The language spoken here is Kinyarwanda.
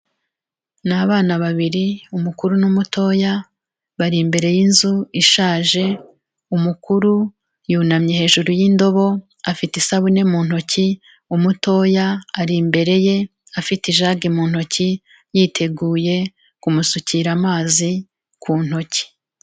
Ni abana babiri umukuru n'umutoya, bari imbere y'inzu ishaje, umukuru yunamye hejuru y'indobo afite isabune mu ntoki, umutoya ari imbere ye afite ijage mu ntoki, yiteguye kumusukira amazi ku ntoki.